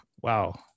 wow